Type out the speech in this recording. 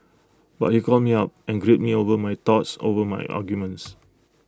but he called me up and grilled me over my thoughts over my arguments